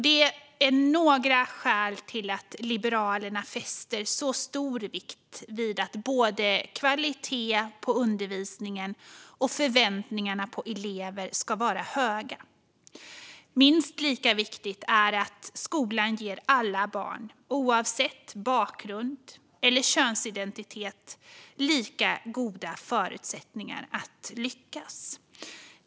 Det är några av skälen till att Liberalerna fäster så stor vikt vid att både kvaliteten på undervisningen och förväntningarna på eleverna ska vara höga. Minst lika viktigt är att skolan ger alla barn, oavsett bakgrund eller könsidentitet, lika goda förutsättningar att lyckas.